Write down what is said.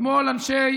אתמול אנשי